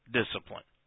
discipline